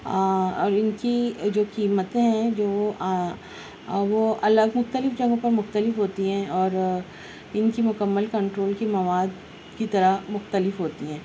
اور ان کی جو قیمتیں ہیں جو وہ وہ الگ مختلف جگہوں پر مختلف ہوتی ہیں اور ان کی مکمل کنٹرول کی مواد کی طرح مختلف ہوتی ہیں